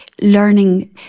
learning